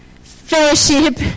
fellowship